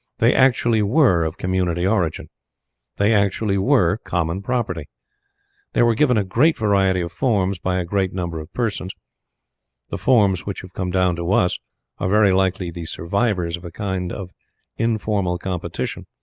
they actually were of community origin they actually were common property they were given a great variety of forms by a great number of persons the forms which have come down to us are very likely the survivors of a kind of in formal competition,